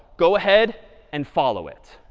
go ahead and follow it.